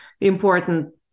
important